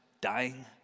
dying